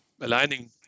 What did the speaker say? aligning